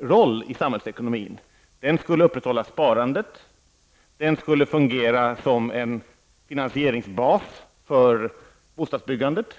roll i samhällsekonomin. Fonden skulle upprätthålla sparandet och fungera som en finansieringsbas för bostadsbyggandet.